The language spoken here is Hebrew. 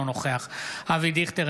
אינו נוכח אבי דיכטר,